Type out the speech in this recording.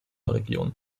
region